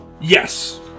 Yes